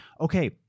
okay